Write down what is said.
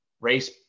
race